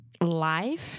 life